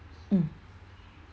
mm